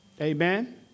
Amen